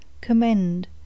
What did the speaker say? commend